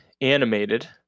animated